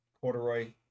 corduroy